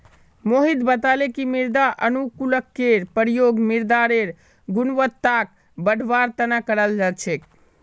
मोहित बताले कि मृदा अनुकूलककेर प्रयोग मृदारेर गुणवत्ताक बढ़वार तना कराल जा छेक